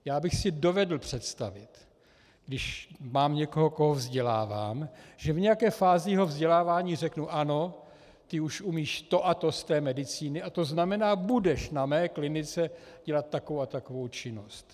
Já bych si dovedl představit, když mám někoho, koho vzdělávám, že v nějaké fázi jeho vzdělávání řeknu: ano, ty už umíš to a to z té medicíny a to znamená, že budeš na mé klinice dělat takovou a takovou činnost.